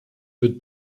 wird